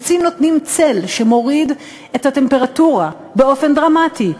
עצים נותנים צל שמוריד את הטמפרטורה באופן דרמטי,